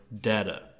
data